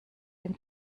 dem